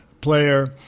player